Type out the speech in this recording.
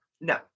no